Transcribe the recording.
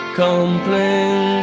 complain